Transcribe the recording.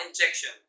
injection